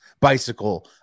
bicycle